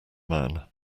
man